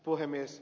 puhemies